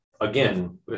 again